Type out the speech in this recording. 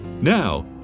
Now